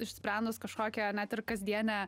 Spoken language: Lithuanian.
išsprendus kažkokią net ir kasdienę